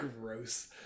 Gross